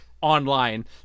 online